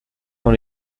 dans